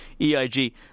EIG